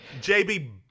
JB